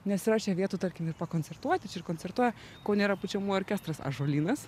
nes yra čia vietų tarkim ir pakoncertuoti čia ir koncertuoja kaune yra pučiamųjų orkestras ąžuolynas